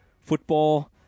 football